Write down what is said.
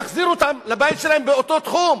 מחזיר אותם לבית שלהם באותו תחום.